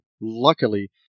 luckily